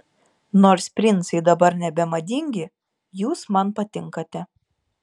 nors princai dabar nebemadingi jūs man patinkate